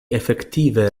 efektive